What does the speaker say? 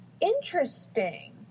interesting